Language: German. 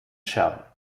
scherben